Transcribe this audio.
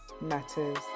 matters